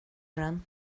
den